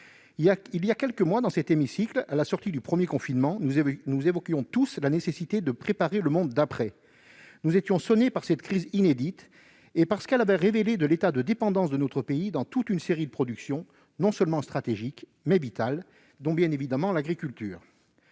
Voilà quelques mois, dans cet hémicycle, à la sortie du premier confinement, nous évoquions tous la nécessité de préparer le monde d'après. Nous étions sonnés par cette crise inédite et par ce qu'elle avait révélé de l'état de dépendance de notre pays dans toute une série de productions, non seulement stratégiques, mais aussi vitales, dont, bien évidemment, l'agriculture.